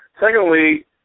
Secondly